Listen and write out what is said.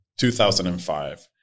2005